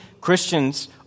Christians